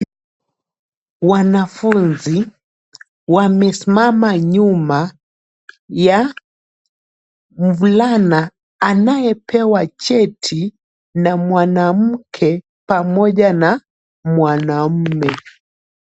Wanafunzi wamesimama nyuma ya mvulana anayepewa cheti na mwanamke pamoja na mwanamume.